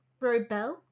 Robel